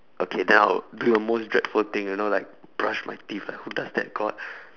okay then I will do the most dreadful thing you know like brush my teeth like who does that god